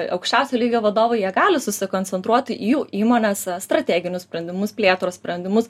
aukščiausio lygio vadovai jie gali susikoncentruot jų įmonėse strateginius sprendimus plėtros sprendimus